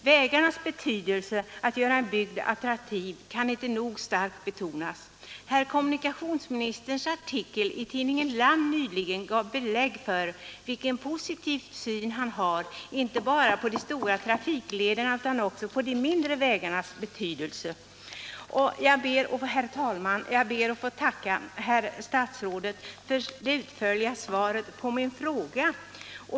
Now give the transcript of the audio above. Vägarnas betydelse när det gäller att göra en bygd attraktiv kan inte nog starkt betonas. Herr kommunikationsministerns artikel i tidningen Land nyligen gav belägg för vilken positiv syn han har inte bara på de stora trafiklederna utan också på de mindre vägarnas betydelse. Herr talman! Jag ber att få tacka statsrådet för det utförliga svaret på min fråga.